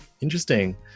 interesting